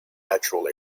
natural